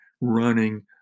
running